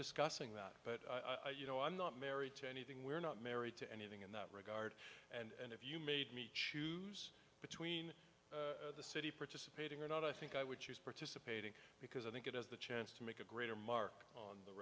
discussing that but i you know i'm not married to anything we're not married to anything in that regard and if you made me choose between the city participating or not i think i would choose participating because i think it has the chance to make a greater mark on